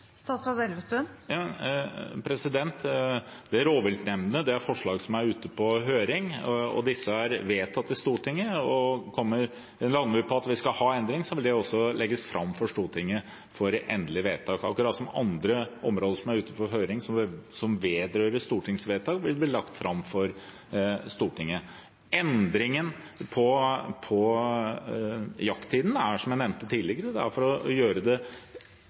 det gjelder rovviltnemndene, er det forslag som er ute på høring. Disse er vedtatt i Stortinget, og lander vi på at vi skal ha en endring, vil det også legges fram for Stortinget for endelig vedtak – akkurat slik andre områder som er ute på høring, som vedrører stortingsvedtak, vil bli lagt fram for Stortinget. Endringen i jakttiden er, som jeg nevnte tidligere, for å